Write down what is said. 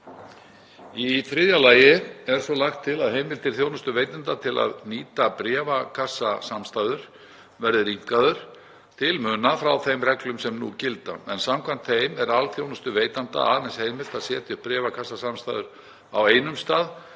Í þriðja lagi er svo lagt til að heimild þjónustuveitanda til að nýta bréfakassasamstæður verði rýmkuð til muna frá þeim reglum sem nú gilda, en samkvæmt þeim er alþjónustuveitanda aðeins heimilt að setja upp bréfakassasamstæður á einum stað